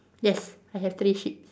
yes I have three sheeps